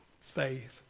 faith